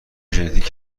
ژنتیک